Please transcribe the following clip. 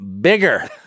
bigger